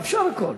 אפשר הכול.